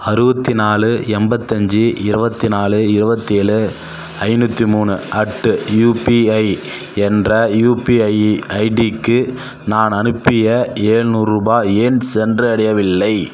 அறுபத்தி நாலு எண்பத்தஞ்சி இருபத்தி நாலு இருவத்தேழு ஐந்நூற்றி மூணு அட்டு யுபிஐ என்ற யுபிஐ ஐடிக்கு நான் அனுப்பிய ஏழ்நூறுபாய் ஏன் சென்றடையவில்லை